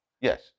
Yes